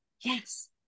yes